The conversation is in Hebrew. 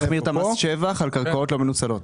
להחמיר את מס השבח על קרקעות לא מנוצלות.